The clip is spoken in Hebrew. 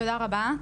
תודה רבה.